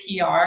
PR